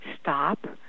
stop